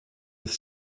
with